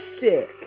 Sick